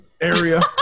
area